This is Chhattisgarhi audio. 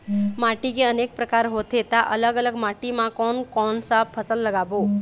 माटी के अनेक प्रकार होथे ता अलग अलग माटी मा कोन कौन सा फसल लगाबो?